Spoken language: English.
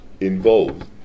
involved